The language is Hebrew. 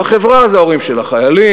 והחברה זה ההורים של החיילים,